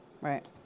Right